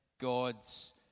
God's